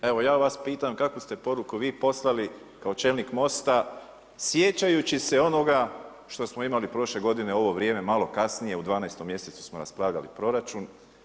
Evo ja vas pitama, kakvu ste poruku vi poslali kao čelnik Mosta sjećajući se onoga što smo imali prošle godine u ovo vrijeme malo kasnije u 12. mjesecu smo raspravljali proračun?